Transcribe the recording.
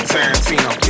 Tarantino